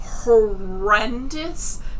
horrendous